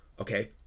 okay